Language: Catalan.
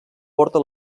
porta